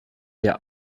der